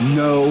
no